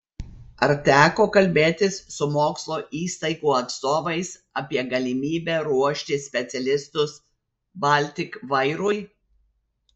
ar teko kalbėtis su mokslo įstaigų atstovais apie galimybę ruošti specialistus baltik vairui